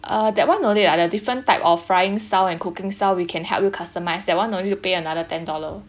ah that [one] no need lah the different type of frying style and cooking style we can help you customize that [one] no need to pay another ten dollar